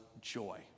joy